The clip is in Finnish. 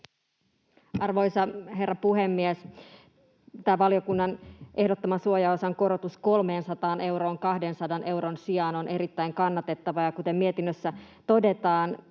Arvoisa herra puhemies! Valiokunnan ehdottama suojaosan korotus 300 euroon 200 euron sijaan on erittäin kannatettava, ja kuten mietinnössä todetaan,